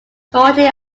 shortly